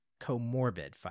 comorbid